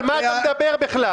על מה אתה מדבר בכלל?